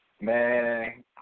Man